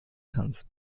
tanz